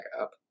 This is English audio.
up